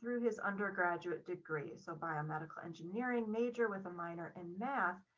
through his undergraduate degrees. so biomedical engineering major with a minor in math.